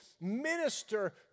minister